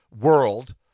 world